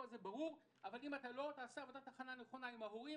כל זה ברור אבל אם לא תעשה עבודת הכנה נכונה עם ההורים,